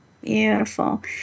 Beautiful